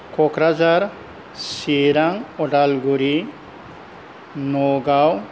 Kokrajhar Chirang Udalguri Nagaon